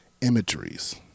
imageries